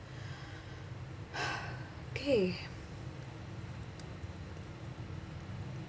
K